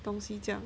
东西这样